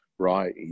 Right